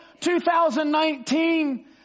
2019